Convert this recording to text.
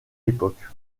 époque